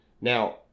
now